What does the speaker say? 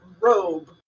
robe